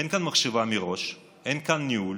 אין כאן מחשבה מראש, אין כאן ניהול.